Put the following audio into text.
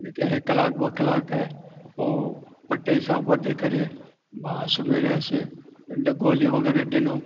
हिकु कलाकु ॿ कलाक पोइ पटे सां ॿधी करे बांस में रहियुसि निंड गोली वग़ैरह ॾिनऊं